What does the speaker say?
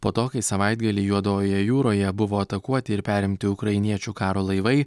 po to kai savaitgalį juodojoje jūroje buvo atakuoti ir perimti ukrainiečių karo laivai